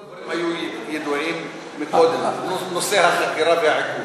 כל הדברים היו ידועים מקודם: נושא החקירה והעיכוב.